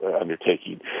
undertaking